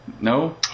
No